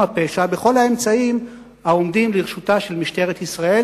פשע בכל האמצעים העומדים לרשותה של משטרת ישראל,